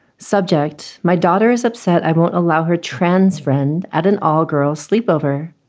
subject. my daughter is upset. i won't allow her trans friend at an all girls sleepover.